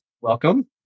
welcome